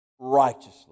Righteously